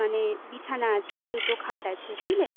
মানে বিছানা আছে দুটো খাট আছে বুঝলেন